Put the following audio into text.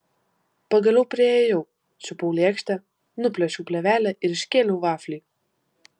pagaliau priėjau čiupau lėkštę nuplėšiau plėvelę ir iškėliau vaflį